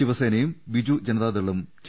ശിവ സേ നയും ബിജു ജന താ ദളും ടി